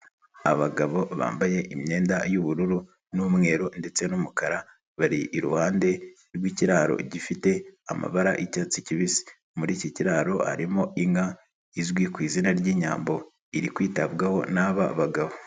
Abagabo bambaye imyenda y'ubururu n'umweru ndetse n'umukara, bari iruhande rw'ikiraro gifite amabara icyatsi kibisi, muri iki kiraro harimo inka izwi ku izina ry'Inyambo, iri kwitabwaho n'aba bagabo.